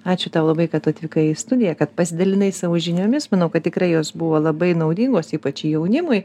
ačiū tau labai kad atvykai į studiją kad pasidalinai savo žiniomis manau kad tikrai jos buvo labai naudingos ypač jaunimui